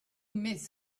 miss